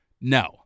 No